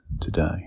today